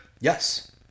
Yes